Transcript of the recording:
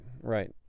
right